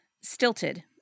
stilted